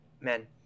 Men